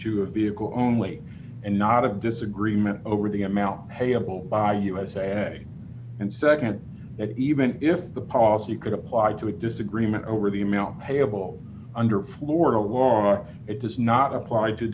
to a vehicle only and not a disagreement over the amount payable by usa and nd that even if the policy could apply to a disagreement over the amount payable under florida law it does not appl